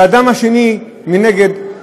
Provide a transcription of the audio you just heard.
לאדם השני, מנגד,